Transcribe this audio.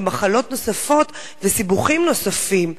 גם מחלות נוספות וסיבוכים נוספים.